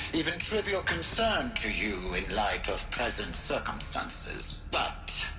even trivial concern to you, in light of present circumstances. but.